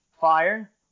Fire